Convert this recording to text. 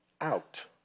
out